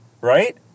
Right